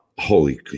Holy